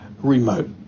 remote